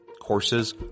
Courses